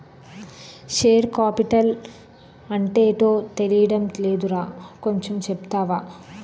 Share capital అంటేటో తెలీడం లేదురా కొంచెం చెప్తావా?